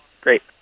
Great